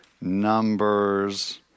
Numbers